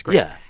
yeah,